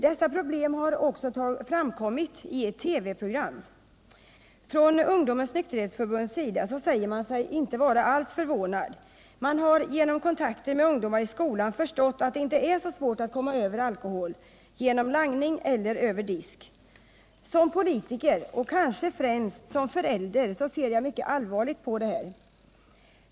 Dessa problem har även framkommit i ett TV-program. Från Ungdomens nykterhetsförbunds sida säger man sig inte vara förvånad. Man har genom kontakter med ungdomar i skolan förstått att det inte är så svårt att komma över alkohol, genom langning eller över disk. Som politiker, och kanske främst som förälder, ser jag mycket allvarligt på detta.